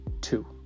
two